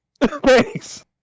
Thanks